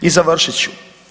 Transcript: I završit ću.